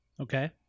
Okay